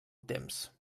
temps